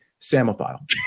Samophile